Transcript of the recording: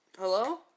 Hello